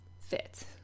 fit